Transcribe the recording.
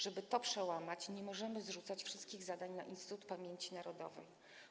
Żeby to przełamać, nie możemy zrzucać wszystkich zadań na Instytut Pamięci Narodowej.